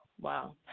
Wow